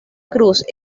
cruz